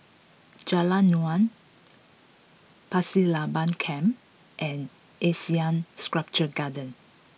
Jalan Naung Pasir Laba Camp and Asean Sculpture Garden